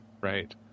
right